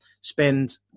spend